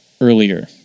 earlier